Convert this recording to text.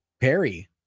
Perry